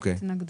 בסדר.